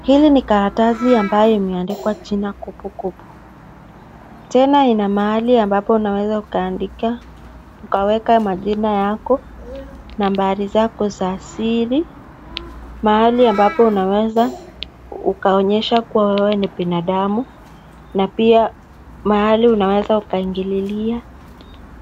Hili ni karatasi ambayo imeandikwa jina KopoKopo. Tena ina mahali ambapo na wewe ukaandika ukaweka majina yako, nambari zako za siri, mahali ambapo unaweza ukaonyesha kuwa wewe ni binadamu na pia mahali unaweza ukaingililia